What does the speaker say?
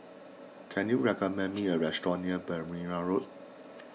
can you recommend me a restaurant near Berrima Road